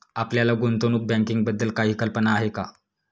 आपल्याला गुंतवणूक बँकिंगबद्दल काही कल्पना आहे का?